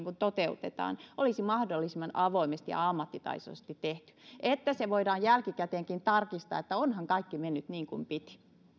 toteutetaan olisi mahdollisimman avoimesti ja ammattitaitoisesti tehty että voidaan jälkikäteenkin tarkistaa että onhan kaikki mennyt niin kuin piti